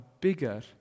bigger